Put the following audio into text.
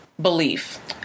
belief